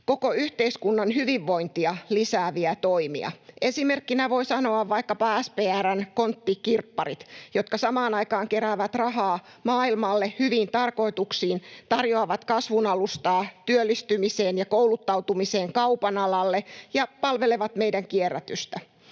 koko yhteiskunnan hyvinvointia lisääviä toimia. Esimerkkinä voi sanoa vaikkapa SPR:n Kontti-kirpparit, jotka samaan aikaan keräävät rahaa maailmalle hyvin tarkoituksiin, tarjoavat kasvualustaa työllistymiseen ja kouluttautumiseen kaupan alalle ja palvelevat meidän kierrätystä.